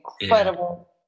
incredible